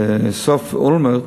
בסוף ימי אולמרט,